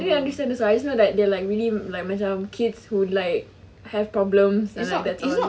I didn't really understand the story I just know that they are like really like macam kids who like have problems that's all